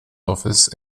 office